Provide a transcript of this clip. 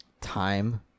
Time